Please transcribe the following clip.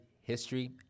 history